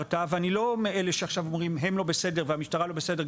לא מאלה שאומרים עכשיו שהם לא בסדר והמשטרה לא בסדר,